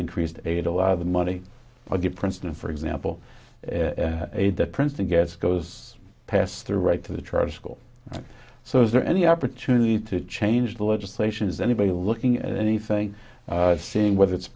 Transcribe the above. increased aid a lot of the money i get princeton for example that princeton gets goes past the right to the charter school so is there any opportunity to change the legislation is anybody looking at anything seeing whether it's